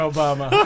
Obama